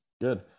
Good